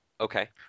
okay